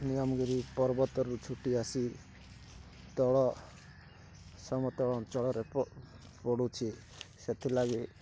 ନିୟମଗିରି ପର୍ବତରୁ ଛୁଟି ଆସି ତଳ ସମତଳ ଅଞ୍ଚଳରେ ପଡ଼ୁଛି ସେଥିଲାଗି